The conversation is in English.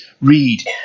read